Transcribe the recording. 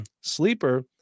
Sleeper